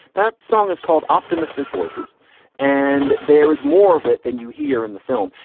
that song is called optimistic voices and there is more of it than you hear in the film.